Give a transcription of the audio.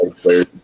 players